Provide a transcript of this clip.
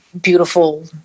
beautiful